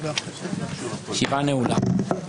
הישיבה נעולה.